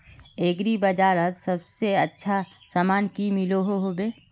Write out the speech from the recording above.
Agri बजारोत सबसे अच्छा सामान की मिलोहो होबे?